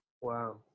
Wow